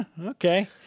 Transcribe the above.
okay